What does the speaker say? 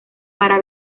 para